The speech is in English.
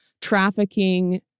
trafficking